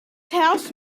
house